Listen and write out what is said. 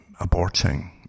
aborting